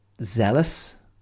zealous